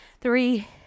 three